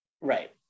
Right